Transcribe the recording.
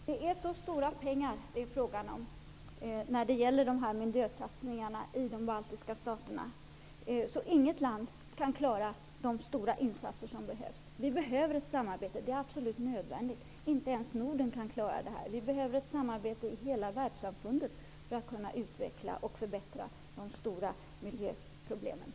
Herr talman! Det är fråga om så stora pengar när det gäller miljösatsningar i de baltiska staterna att inget land kan klara de omfattande insatser som behövs. Det är absolut nödvändigt med ett samarbete. Inte ens Norden kan klara detta. Det behövs ett samarbete inom hela världssamfundet för att man skall kunna förbättra den svåra miljösituationen.